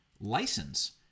license